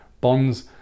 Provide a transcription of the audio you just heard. bonds